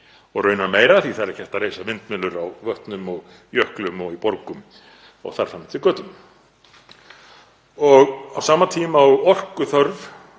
og raunar meira því það er ekki hægt að reisa vindmyllur á vötnum og jöklum og í borgum og þar fram eftir götunum. Á sama tíma og orkuþörf